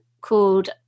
called